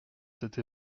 cette